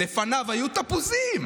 לפניו היו תפוזים.